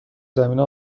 زمینه